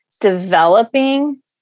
developing